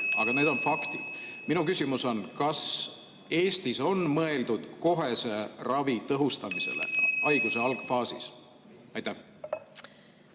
aga need on faktid. Minu küsimus on: kas Eestis on mõeldud kohese ravi tõhustamisele haiguse algfaasis? Aitäh,